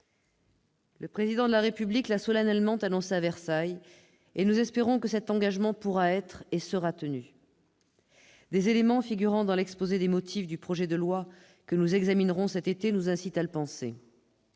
Le Président de la République l'a solennellement annoncé à Versailles ; nous espérons que cet engagement pourra être et sera tenu. Des éléments figurant dans l'exposé des motifs du projet de loi que nous examinerons cet été nous incitent à le penser.